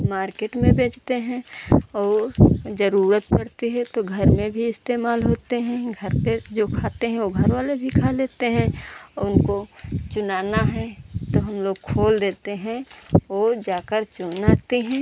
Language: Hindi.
मार्केट में बेचते हैं और ज़रुरत पड़ती जो तो घर पर भी इस्तेमाल होते हैं घर पर जो खाते हैं वह घर वाले भी खा लेते हैं और उनको चुनना है तो हम लोग खोल लेते हैं वह जाकर चुन आते हैं